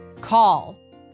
Call